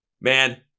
man